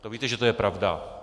To víte, že to je pravda.